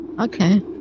okay